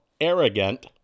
arrogant